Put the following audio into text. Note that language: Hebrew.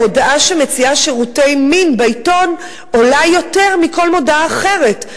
מודעה שמציעה שירותי מין בעיתון עולה יותר מכל מודעה אחרת.